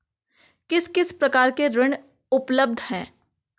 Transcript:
किस किस प्रकार के ऋण उपलब्ध हैं?